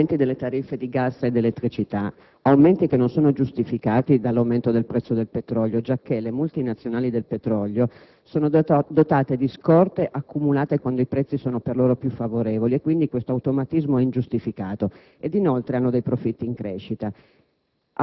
aumenti delle tariffe di gas ed elettricità; aumenti che non sono giustificati dall'aumento del prezzo del petrolio giacché le multinazionali del prezzo del petrolio sono dotate di scorte accumulate con dei prezzi solo per loro più favorevoli e quindi questo automatismo è ingiustificato ed inoltre hanno profitti in crescita.